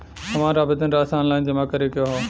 हमार आवेदन राशि ऑनलाइन जमा करे के हौ?